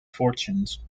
fortunes